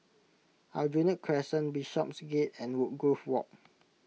Aljunied Crescent Bishopsgate and Woodgrove Walk